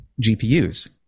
GPUs